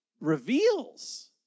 reveals